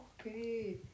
okay